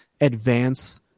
advance